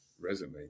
resume